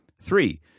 Three